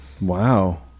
Wow